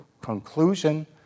conclusion